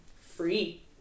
free